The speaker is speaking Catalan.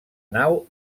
nau